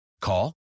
Call